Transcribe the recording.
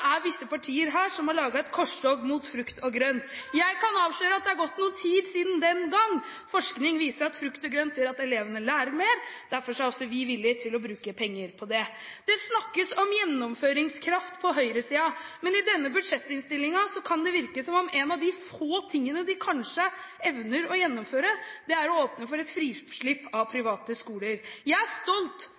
er visse partier her som har laget et korstog mot frukt og grønt. Jeg kan avsløre at det har gått noe tid siden den gang, forskning viser at frukt og grønt gjør at elevene lærer mer, derfor er vi villige til å bruke penger på det. Det snakkes om gjennomføringskraft på høyresiden, men i denne budsjettinnstillingen kan det virke som om en av de få tingene som de kanskje evner å gjennomføre, er å åpne for et frislipp av private skoler. Jeg er stolt